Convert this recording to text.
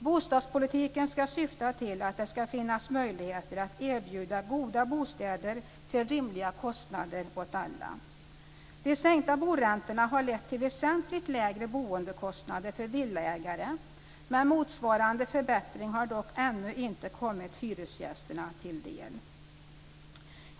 Bostadspolitiken ska syfta till att det ska finnas möjligheter att erbjuda goda bostäder till rimliga kostnader åt alla. De sänkta boräntorna har lett till väsentligt lägre boendekostnader för villaägare, men motsvarande förbättring har ännu inte kommit hyresgästerna till del.